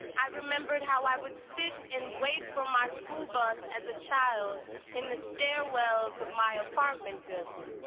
i remembered how i would sit and wait for my school bus as a child in the stairwells of my apartment building.